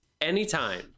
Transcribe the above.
anytime